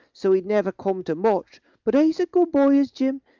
so he's never come to much but he's a good boy, is jim,